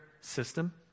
system